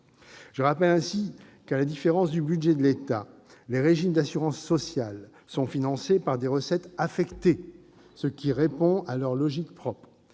Je rappelle ainsi que, à la différence du budget de l'État, les régimes d'assurance sociale sont financés par des recettes affectées, ce qui répond à leur logique propre.